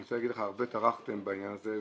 אני רוצה להגיד לך: הרבה טרחתם בעניין הזה.